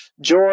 joy